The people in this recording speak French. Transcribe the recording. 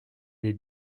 des